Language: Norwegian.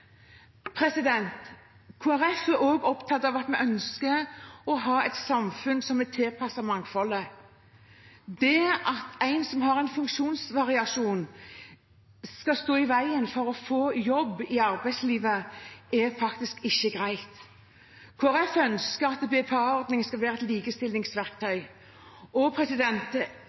er også opptatt av at vi ønsker å ha et samfunn som er tilpasset mangfoldet. At det å ha en funksjonsvariasjon, skal stå i veien for å få jobb, er faktisk ikke greit. Kristelig Folkeparti ønsker at BPA-ordningen skal være et likestillingsverktøy, og